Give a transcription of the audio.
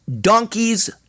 donkeys